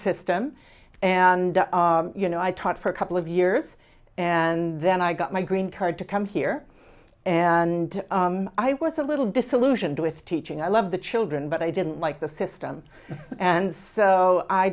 system and you know i taught for a couple of years and then i got my green card to come here and i was a little disillusioned with teaching i love the children but i didn't like the system and so i